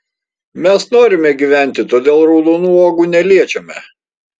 mes norime gyventi todėl raudonų uogų neliečiame